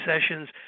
sessions –